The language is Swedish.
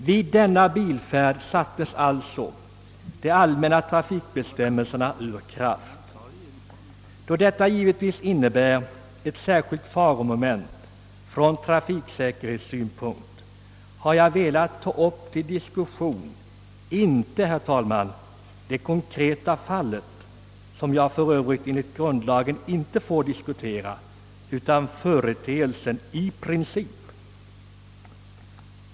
Vid denna bilfärd sattes alltså de allmänna trafikbestämmelserna ur kraft. Då detta givetvis innebär ett särskilt faromoment ur trafiksäkerhetssynpunkt har jag velat ta upp till diskussion inte det konkreta fallet — som jag enligt grundlagen inte får diskutera — utan företeelsen i princip.